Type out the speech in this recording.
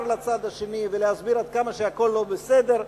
לצד השני ולהסביר עד כמה שהכול לא בסדר,